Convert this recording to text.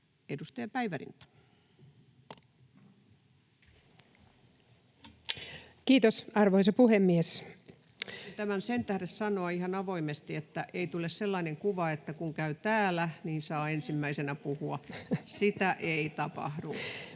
edustaja Päivärinta. Tämän sen tähden sanon ihan avoimesti, että ei tule semmoinen kuva, että kun käy täällä, niin saa ensimmäisenä puhua. Sitä ei tapahdu.